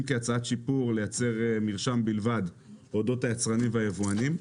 כהצעת שיפור לייצר מרשם בלבד אודות היצרנים והיבואנים.